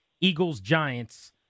Eagles-Giants